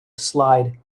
slide